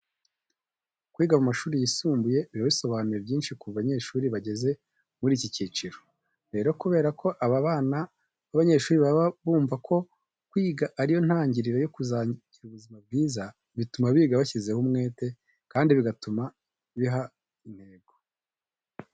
Kwiga mu mashuri yisumbuye biba bisobanuye byinshi ku banyeshuri bageze muri iki cyiciro. Rero kubera ko aba bana b'abanyeshuri baba bumva ko kwiga ari yo ntangiriro yo kuzagira ubuzima bwiza, bituma biga bashyizeho umwete kandi bigatuma biha n'intego.